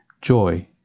Joy